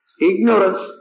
Ignorance